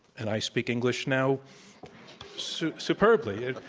and i speak english now so superbly.